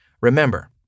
Remember